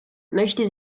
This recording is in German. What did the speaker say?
möchte